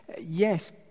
Yes